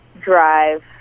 drive